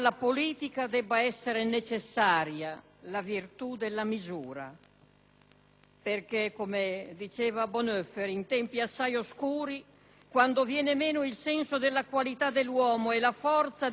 perché, come diceva Bonhoeffer, in tempi assai oscuri, quando viene meno il senso della qualità dell'uomo e la forza di mantenere le distanze, allora si è a un passo dal caos.